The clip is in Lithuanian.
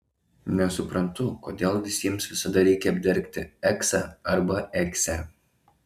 nesuprantu kodėl visiems visada reikia apdergti eksą ar eksę